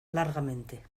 largamente